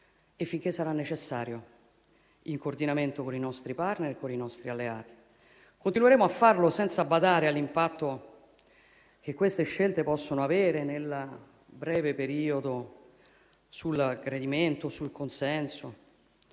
e finché sarà necessario, in coordinamento con i nostri *partner* e con i nostri alleati. Continueremo a farlo senza badare all'impatto che queste scelte possono avere nel breve periodo sul gradimento, sul consenso